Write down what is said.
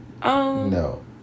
No